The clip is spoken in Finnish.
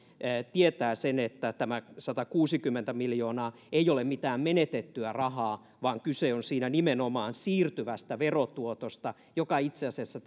tietää sen että tämä satakuusikymmentä miljoonaa ei ole mitään menetettyä rahaa vaan kyse on siinä nimenomaan siirtyvästä verotuotosta joka itse asiassa